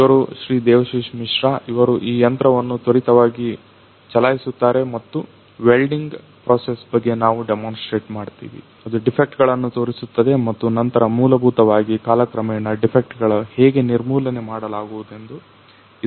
ಇವರು ಶ್ರೀ ದೇವಶಿಶ್ ಮಿಶ್ರಾ ಇವರು ಈ ಯಂತ್ರವನ್ನು ತ್ವರಿತವಾಗಿ ಚಲಾಯಿಸುತ್ತಾರೆ ಮತ್ತು ವೆಲ್ಡಿಂಗ್ ಪ್ರೊಸೆಸ್ ಬಗ್ಗೆ ನಾವು ಡೆಮಾನ್ಸ್ಟ್ರೇಟ್ ಮಾಡ್ತಿವಿ ಅದು ಡಿಫೆಕ್ಟ್ ಗಳನ್ನ ತೋರಿಸುತ್ತದೆ ಮತ್ತು ನಂತರ ಮೂಲಭೂತವಾಗಿ ಕಾಲಕ್ರಮೇಣ ಡಿಫೆಕ್ಟ್ಗಳ ಹೇಗೆ ನಿರ್ಮೂಲನೆ ಮಾಡಲಾಗುವುದೆಂದು ಇದು ತೋರಿಸುತ್ತೇವೆ